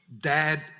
Dad